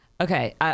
okay